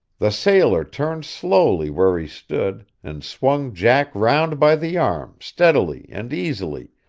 the sailor turned slowly where he stood, and swung jack round by the arm steadily and easily,